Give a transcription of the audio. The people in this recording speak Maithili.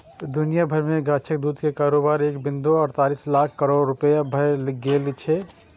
दुनिया भरि मे गाछक दूध के कारोबार एक बिंदु अड़तालीस लाख करोड़ रुपैया भए गेल छै